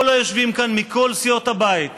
כל היושבים כאן מכל סיעות הבית,